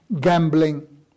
gambling